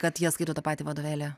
kad jie skaito tą patį vadovėlį